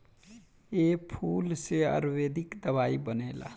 ए फूल से आयुर्वेदिक दवाई बनेला